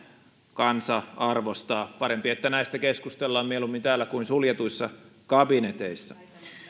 kansa arvostaa parempi että näistä keskustellaan mieluummin täällä kuin suljetuissa kabineteissa